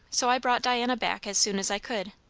so i brought diana back as soon as i could.